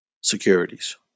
securities